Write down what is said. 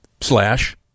Slash